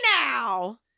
now